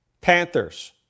Panthers